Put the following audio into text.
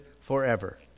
forever